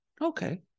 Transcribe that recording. Okay